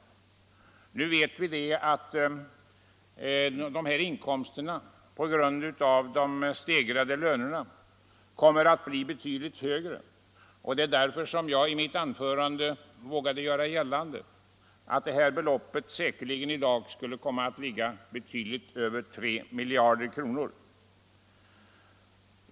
Nu vet vi att dessa inkomster på grund av de stegrade lönerna kommer att bli betydligt högre. Det var därför som jag i mitt anförande vågade göra gällande att detta belopp i dag säkerligen skulle komma att ligga betydligt över 3 miljarder kronor.